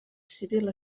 civil